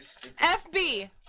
FB